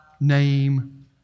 name